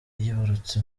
yibarutse